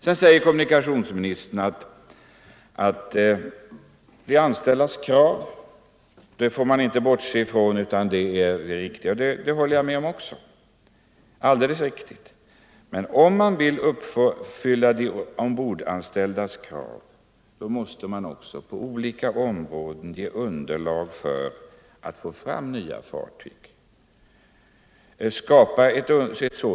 Sedan säger kommunikationsministern att man inte får bortse ifrån de anställdas krav. Detta håller jag med om. Det är alldeles riktigt. Men om man vill uppfylla de ombordanställdas krav måste man också på olika områden ge underlag för att få fram nya fartyg.